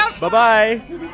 Bye-bye